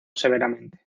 severamente